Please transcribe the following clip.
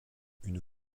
une